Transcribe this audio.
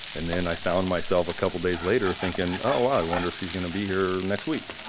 and then i found myself a couple days later thinking, oh, wow, i wonder if she's gonna be here next week.